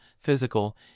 physical